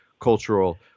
cultural